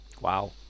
Wow